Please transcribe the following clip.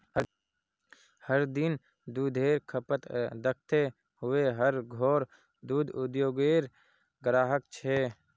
हर दिन दुधेर खपत दखते हुए हर घोर दूध उद्द्योगेर ग्राहक छे